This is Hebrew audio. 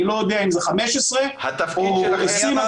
אני לא יודע אם זה 15 -- התפקיד שלכם -- אני